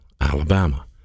Alabama